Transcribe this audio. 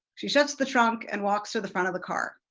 she shuts the trunk and walks to the front of the car.